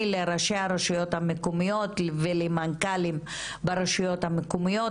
לראשי הרשויות המקומיות ולמנכ"לים ברשויות המקומיות,